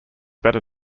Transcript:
better